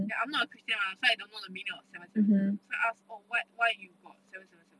and I'm not a christian lah so I don't know the meaning of seven seven seven so I ask oh what why you got seven seven seven